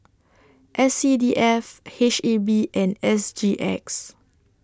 S C D F H E B and S G X